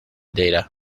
data